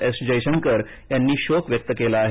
S Jaishankar यांनी शोक व्यक्त केला आहे